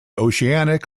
oceanic